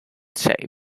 shaped